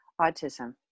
Autism